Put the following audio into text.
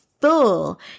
full